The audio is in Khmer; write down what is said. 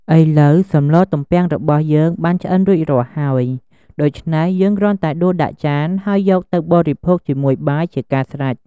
ឥឡូវសម្លទំពាំងរបស់យើងបានស្លឆ្អិនរួចរាល់ហើយ ដូច្នេះ យើងគ្រាន់តែដួសដាក់ចាន ហើយយកទៅបរិភោគជាមួយបាយ ជាការស្រេច។